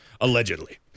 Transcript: Allegedly